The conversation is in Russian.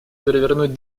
перевернуть